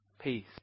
peace